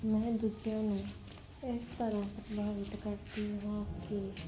ਮੈਂ ਦੂਜਿਆਂ ਨੂੰ ਇਸ ਤਰ੍ਹਾਂ ਪ੍ਰਭਾਵਿਤ ਕਰਦੀ ਹਾਂ ਕਿ